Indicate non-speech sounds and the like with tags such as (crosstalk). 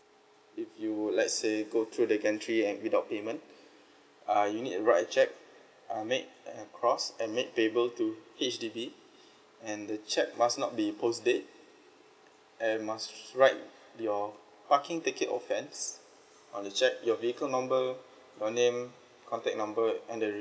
if you would let say go through the gantry without payment (breath) uh you need to write a cheque and made cross and make payable to H_D_B (breath) and the cheque must not be post date and must write your parking ticket offence on the cheque your vehicle your name contact number and the